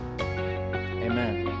Amen